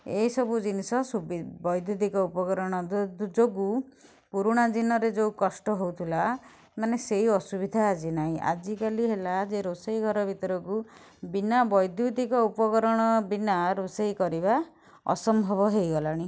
ଏଇ ସବୁ ଜିନିଷ ସୁବି ବୈଦୁତିକ ଉପକରଣ ଯୋଗୁ ପୁରୁଣା ଦିନରେ ଯେଉଁ କଷ୍ଟ ହେଉଥିଲା ମାନେ ସେଇ ଅସୁବିଧା ଆଜି ନାଇଁ ଆଜିକାଲି ହେଲା ଯେ ରୋଷେଇ ଘର ଭିତରକୁ ବିନା ବୈଦୁତିକ ଉପକରଣ ବିନା ରୋଷେଇ କରିବା ଅସମ୍ଭବ ହୋଇଗଲାଣି